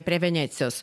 prie venecijos